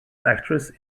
actress